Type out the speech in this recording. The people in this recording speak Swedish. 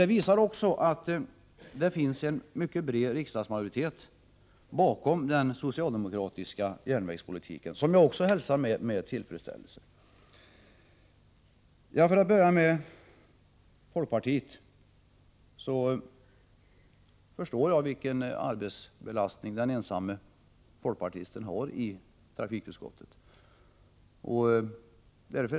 Det visar också att det finns en mycket bred riksdagsmajoritet bakom den socialdemokratiska järnvägspolitiken, vilket jag hälsar med tillfredsställelse. För att börja med folkpartiet så förstår jag vilken arbetsbelastning den ensamme folkpartisten har i trafikutskottet.